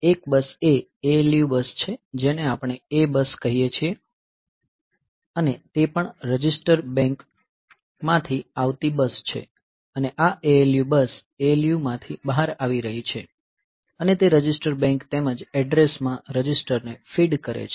એક બસ એ ALU bus છે જેને આપણે A બસ કહીએ છીએ અને તે પણ રજિસ્ટર બેંક માંથી આવતી બસ છે અને આ ALU બસ ALU માંથી બહાર આવી રહી છે અને તે રજિસ્ટર બેંક તેમજ એડ્રેસમાં રજીસ્ટરને ફીડ કરે છે